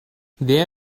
wer